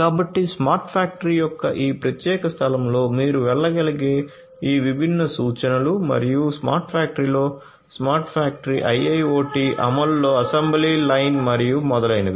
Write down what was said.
కాబట్టి smart factory యొక్క ఈ ప్రత్యేక స్థలంలో మీరు వెళ్ళగలిగే ఈ విభిన్న సూచనలు మరియు స్మార్ట్ ఫ్యాక్టరీలో స్మార్ట్ ఫ్యాక్టరీ IIoT అమలులో అసెంబ్లీ లైన్ మరియు మొదలైనవి